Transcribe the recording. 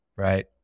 Right